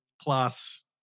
plus